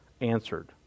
answered